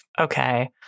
Okay